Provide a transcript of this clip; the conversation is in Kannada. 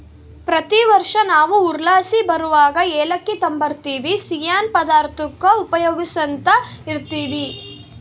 ಪ್ರತಿ ವರ್ಷ ನಾವು ಊರ್ಲಾಸಿ ಬರುವಗ ಏಲಕ್ಕಿ ತಾಂಬರ್ತಿವಿ, ಸಿಯ್ಯನ್ ಪದಾರ್ತುಕ್ಕ ಉಪಯೋಗ್ಸ್ಯಂತ ಇರ್ತೀವಿ